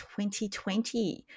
2020